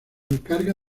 encarga